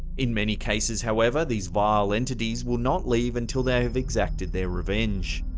in many cases however, these vile entities will not leave until they have exacted their revenge.